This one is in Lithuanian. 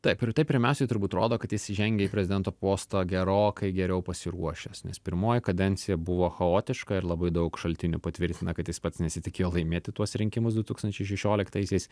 taip ir tai pirmiausiai turbūt rodo kad jis įžengė į prezidento postą gerokai geriau pasiruošęs nes pirmoji kadencija buvo chaotiška ir labai daug šaltinių patvirtina kad jis pats nesitikėjo laimėti tuos rinkimus du tūkstančiai šešioliktaisiais